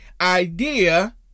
idea